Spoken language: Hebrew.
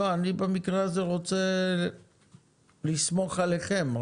לא, אני במקרה הזה רוצה לסמוך עליכם.